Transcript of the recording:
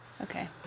Okay